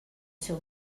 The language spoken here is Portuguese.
seu